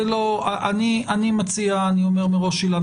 אילנה,